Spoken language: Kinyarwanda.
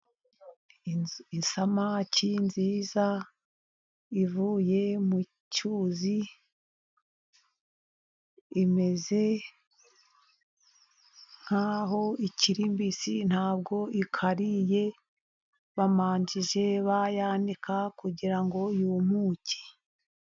Isamake nziza ivuye mu cyuzi, imeze nkaho ikiri mbisi. Ntabwo ikariye babanje bayanika kugira ngo yumuke.